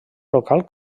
local